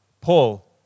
Paul